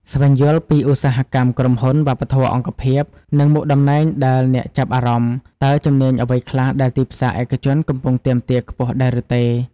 ស្វែងយល់ពីឧស្សាហកម្ម ក្រុមហ៊ុន វប្បធម៌អង្គភាព និងមុខតំណែងដែលអ្នកចាប់អារម្មណ៍ តើជំនាញអ្វីខ្លះដែលទីផ្សារឯកជនកំពុងទាមទារខ្ពស់ដែរឬទេ។